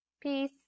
peace